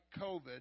COVID